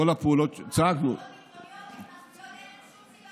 ביטחוניות, להתנחלויות אין שום סיבה ביטחונית.